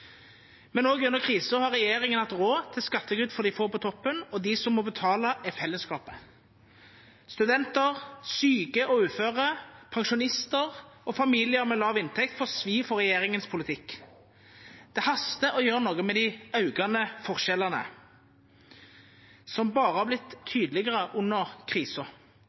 Men også gjennom krisen har regjeringen hatt råd til skattekutt for de få på toppen, og de som må betale, er fellesskapet. Studenter, syke og uføre, pensjonister og familier med lav inntekt får svi for regjeringens politikk. Det haster å gjøre noe med de økende forskjellene, som bare har blitt tydeligere under